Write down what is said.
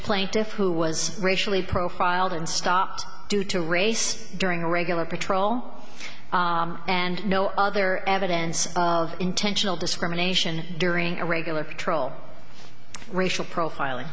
plaintiffs who was racially profiled and stopped due to race during regular patrol and no other evidence of intentional discrimination during a regular patrol racial profiling